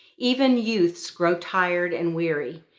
even youths grow tired and weary,